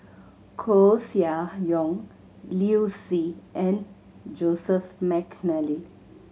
Koeh Sia Yong Liu Si and Joseph McNally